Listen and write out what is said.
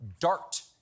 DART